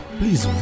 please